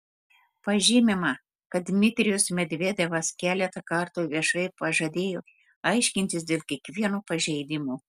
pažymima kad dmitrijus medvedevas keletą kartų viešai pažadėjo aiškintis dėl kiekvieno pažeidimo